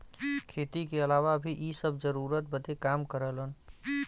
खेती के अलावा भी इ सब जरूरत बदे काम करलन